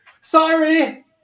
sorry